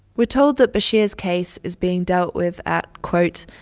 we're told that bashir's case is being dealt with at, quote,